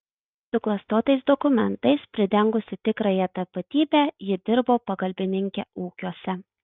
suklastotais dokumentais pridengusi tikrąją tapatybę ji dirbo pagalbininke ūkiuose